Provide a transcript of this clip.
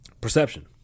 Perception